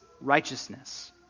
righteousness